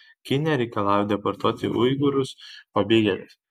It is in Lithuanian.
kinija reikalauja deportuoti uigūrus pabėgėlius